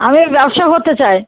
আমি ব্যবসা করতে চাই